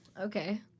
Okay